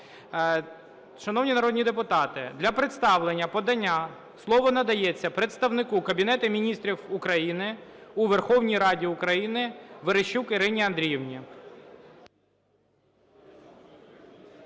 Шановні народні депутати, для представлення подання слово надається представнику Кабінету Міністрів України у Верховній Раді України Верещук Ірині Андріївні.